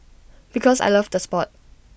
because I loved the Sport